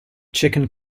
chicken